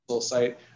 site